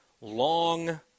long